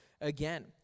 again